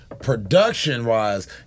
Production-wise